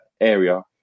area